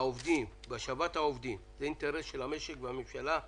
בעובדים ובהשבת העובדים זה אינטרס של המשק ושל הממשלה בתחילה,